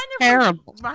terrible